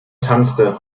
tanzte